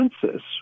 consensus